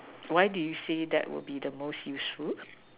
why do you say that will be the most useful